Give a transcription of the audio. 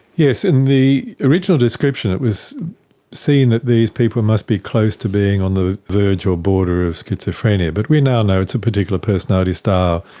yes, in the original description it was seen that these people must be close to being on the verge or border of schizophrenia, but we now know it's a particular personality style.